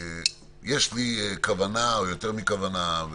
יש לי כוונה או יותר מכוונה,